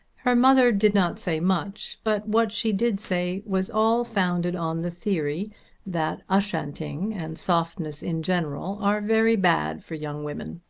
her mother did not say much, but what she did say was all founded on the theory that ushanting and softness in general are very bad for young women.